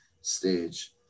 stage